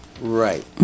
right